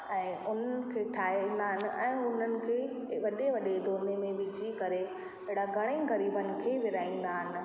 ऐं उन खे ठाहींदा आहिनि ऐं उन्हनि खे वॾे वॾे दोने में विझी करे अहिड़ा घणेई ग़रीबनि खे विरिहाईंदा आहिनि